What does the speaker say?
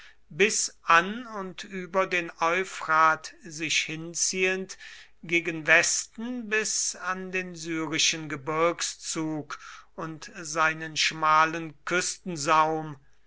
bis an und über den euphrat sich hinziehend gegen westen bis an den syrischen gebirgszug und seinen schmalen